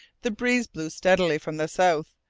the breeze blew steadily from the south,